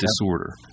disorder